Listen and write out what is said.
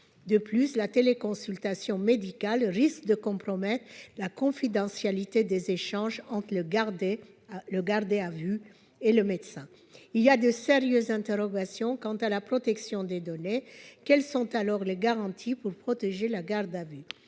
à vue. La téléconsultation médicale risque de compromettre la confidentialité des échanges entre le gardé à vue et le médecin. Il y a de sérieuses interrogations quant à la protection des données. Quelles sont alors les garanties pour protéger le gardé à vue ?